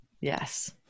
Yes